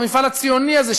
המפעל הציוני הזה,